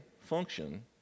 function